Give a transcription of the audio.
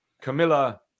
Camilla